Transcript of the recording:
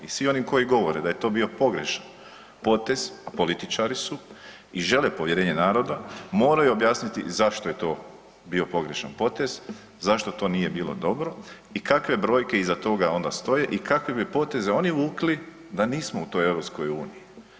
I svi oni koji govore da je to bilo pogrešan potez, političari su i žene povjerenje naroda, moraju objasniti zašto je to bio pogrešan potez, zašto to nije bilo dobro i kakve brojke onda iza toga onda stoje i kakve bi poteze oni vukli da nismo u toj EU.